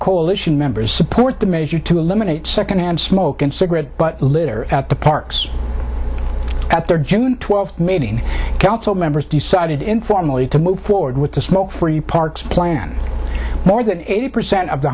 coalition members support the measure to eliminate secondhand smoke and cigarette butt litter at the parks at their june twelfth mating council members decided informally to move forward with the smoke free parks plan more than eighty percent of the